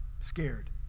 scared